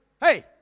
hey